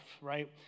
right